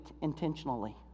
intentionally